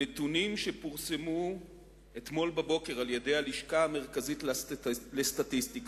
הנתונים שפורסמו אתמול בבוקר על-ידי הלשכה המרכזית לסטטיסטיקה